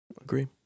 Agree